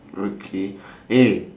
okay eh